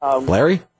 Larry